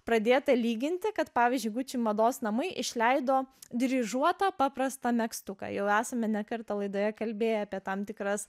pradėta lyginti kad pavyzdžiui guči mados namai išleido dryžuotą paprastą megztuką jau esame ne kartą laidoje kalbėję apie tam tikras